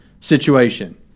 situation